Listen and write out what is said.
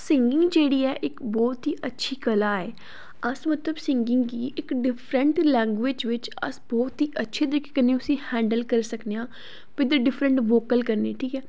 singing जेह्ड़ी ऐ ओह् इक्क बहुत ही अच्छी कला ऐ अस मतलब सिंगिंग गी इक डिफ्रैंट लैंग्वेज बिच्च अस बहुत ही अच्छे तरीके कन्नै उसी हैंडल करी सकने आं विद दी डिफ्रैंट वोकल कन्नै ठीक ऐ